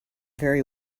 very